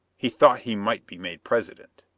he thought he might be made president.